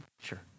sure